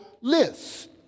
list